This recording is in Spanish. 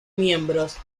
miembros